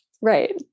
Right